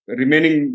remaining